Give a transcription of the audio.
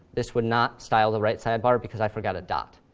this would not style the right sidebar, because i forgot a dot.